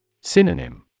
Synonym